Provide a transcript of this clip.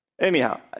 Anyhow